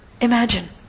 Imagine